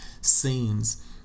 scenes